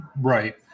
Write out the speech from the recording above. Right